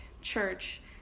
Church